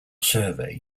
survey